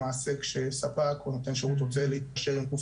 למעשה כשיש ספק או נותן שירות רוצה להתקשר עם גוף